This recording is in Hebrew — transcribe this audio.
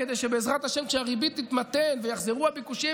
כדי שבעזרת השם כשהריבית תתמתן ויחזרו הביקושים,